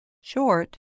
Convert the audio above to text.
short